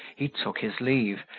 he took his leave,